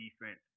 defense